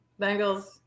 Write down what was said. Bengals